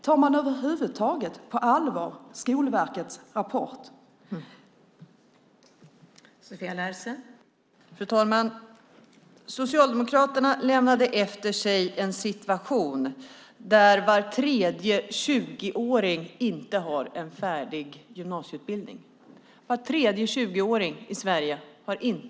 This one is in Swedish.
Tar man över huvud taget Skolverkets rapport på allvar?